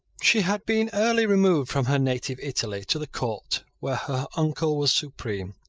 she had been early removed from her native italy to the court where her uncle was supreme.